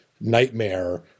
nightmare